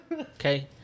Okay